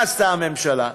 מה עשתה הממשלה?